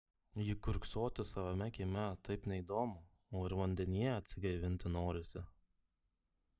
juk kiurksoti savame kieme taip neįdomu o ir vandenyje atsigaivinti norisi